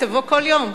תבוא כל יום.